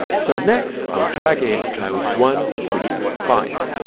so next i'll drag in clouds one, three and five,